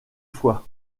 fois